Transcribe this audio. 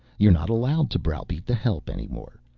you're not allowed to browbeat the help anymore.